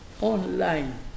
online